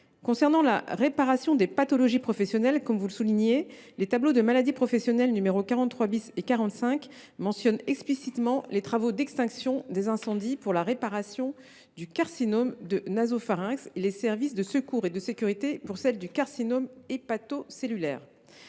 Concernant la réparation des pathologies professionnelles, comme vous le soulignez, les tableaux de maladies professionnelles n 43 et 45 mentionnent explicitement les travaux d’extinction des incendies pour la réparation du carcinome du nasopharynx et les services de secours et de sécurité pour celle du carcinome hépatocellulaire.